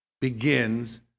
begins